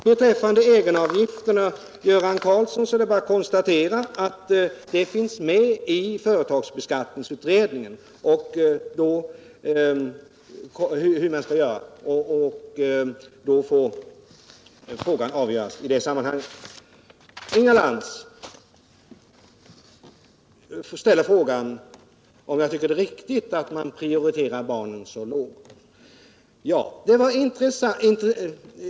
Beträffande egenavgifterna är det bara att konstatera att det ingår i företagsskatteberedningens uppgift att komma med förslag om hur den frågan skall lösas. Inga Lantz frågar mig om jag tycker det är riktigt att prioritera barnomsorgen så lågt.